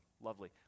lovely